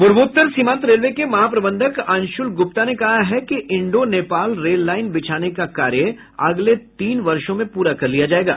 पूर्वोत्तर सीमांत रेलवे के महाप्रबंधक अंशुल गुप्ता ने कहा है कि इंडो नेपाल रेललाइन बिछाने का कार्य अगले तीन वर्षो में पूरा कर लिया जायेगा